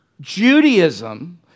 Judaism